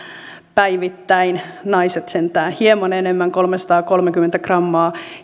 päivittäin naiset sentään hieman enemmän kolmesataakolmekymmentä grammaa